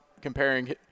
comparing